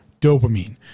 dopamine